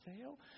sale